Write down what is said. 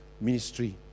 ministry